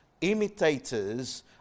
imitators